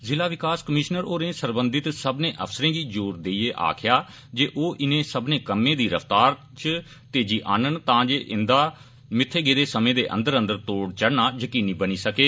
जिला विकास कमीशनर होरें सरबंधित सब्बने अफसरें गी जोर देइयै आक्खेया जे ओ इनें सब्बनें कम्में दी रफ्तार च तेजी आनन तां जे इन्दा मित्थे गेदे समे दे अंदर अंदर तोड़ चढ़ना यकीनी बनी सकै